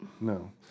No